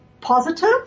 positive